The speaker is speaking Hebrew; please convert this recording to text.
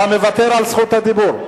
אתה מוותר על זכות הדיבור?